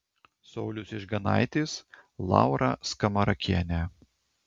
saulius ižganaitis laura skamarakienė